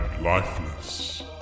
lifeless